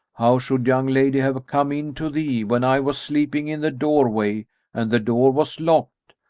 how should young lady have come in to thee, when i was sleeping in the doorway and the door was locked?